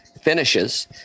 finishes